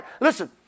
Listen